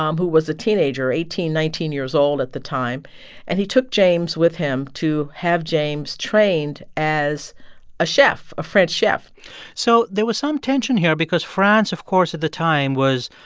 um who was a teenager eighteen, nineteen years old at the time and he took james with him to have james trained as a chef, a french chef so there was some tension here because france, of course, at the time, was,